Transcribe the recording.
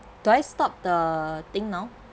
do I stop the thing now